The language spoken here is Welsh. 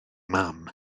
mam